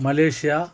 Malaysia